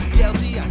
guilty